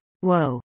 Whoa